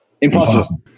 Impossible